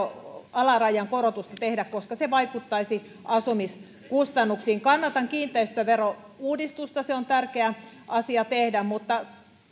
alarajan korotusta tehdä koska se vaikuttaisi asumiskustannuksiin kannatan kiinteistöverouudistusta se on tärkeä asia tehdä mutta